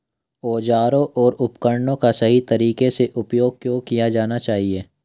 औजारों और उपकरणों का सही तरीके से उपयोग क्यों किया जाना चाहिए?